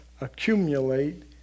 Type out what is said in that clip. Accumulate